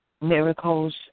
miracles